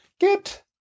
Get